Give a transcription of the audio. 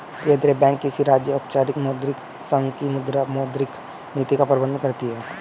केंद्रीय बैंक किसी राज्य, औपचारिक मौद्रिक संघ की मुद्रा, मौद्रिक नीति का प्रबन्धन करती है